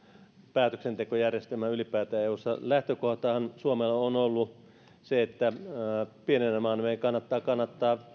päätöksentekojärjestelmään eussa ylipäätään lähtökohtahan suomella on ollut se että pienenä maana meidän kannattaa kannattaa